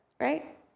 Right